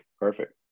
Perfect